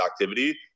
activity